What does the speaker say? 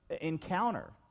encounter